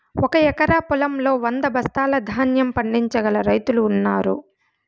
ఒక ఎకరం పొలంలో వంద బస్తాల ధాన్యం పండించగల రైతులు ఉన్నారు